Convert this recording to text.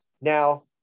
now